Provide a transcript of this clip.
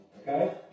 Okay